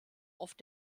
oft